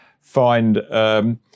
find